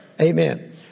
Amen